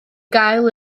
gael